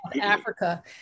Africa